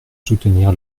soutenir